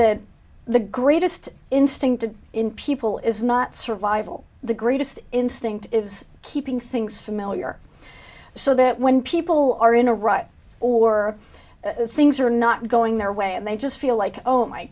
that the greatest instinct in people is not survival the greatest instinct is keeping things familiar so that when people are in a rut or things are not going their way and they just feel like oh my